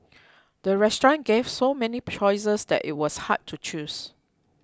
the restaurant gave so many choices that it was hard to choose